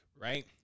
right